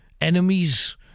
enemies